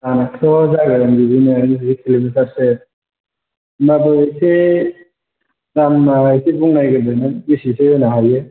गोजानाथ' जागोन बिदिनो जि किल'मिटारसो होमबाबो एसे दामा एसे बुंनायग्रोदो नों बेसेसो होनो हायो